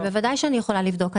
אבל אני יכולה לבדוק.